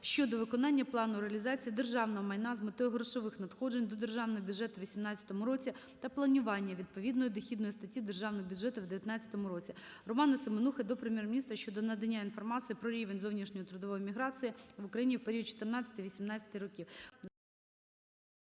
щодо виконання плану реалізації державного майна з метою грошових надходжень до Державного бюджету у 2018 році та планування відповідної дохідної статті Державного бюджету у 2019 році. Романа Семенухи до Прем'єр-міністра щодо надання інформації про рівень зовнішньої трудової міграції з України у період 2014-2018 років.